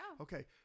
Okay